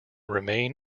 remain